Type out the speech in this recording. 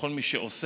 לכל מי שעוסק